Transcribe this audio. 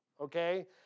okay